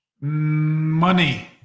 Money